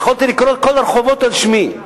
יכולתי לקרוא את כל הרחובות על שמי.